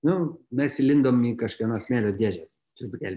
nu mes įlindom į kažkieno smėlio dėžę truputėlį